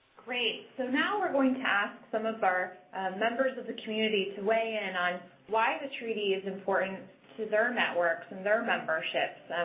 great. so now we're going to ask some of our members of the community to weigh in on why the treaty is important to their networks and their memberships,